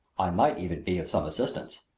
i might even be of some assistance.